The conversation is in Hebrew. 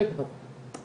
השקף הבא.